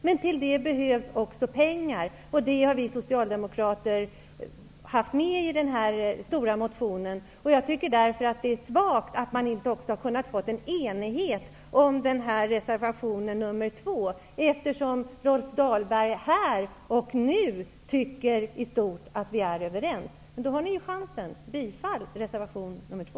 För detta behövs pengar, och det kräver vi i vår stora motion. Jag tycker att det är svagt att man inte har kunnat uppnå enighet kring reservation 2, eftersom Rolf Dahlberg här och nu tycker att vi i stort är överens. Men då har ni chansen att yrka bifall till reservation 2.